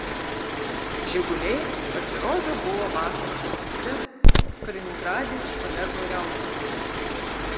žiguliai pasirodo buvo vasarą pavogti kaliningrade iš olego reuto